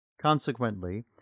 Consequently